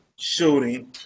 shooting